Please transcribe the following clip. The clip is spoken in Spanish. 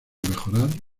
mejorar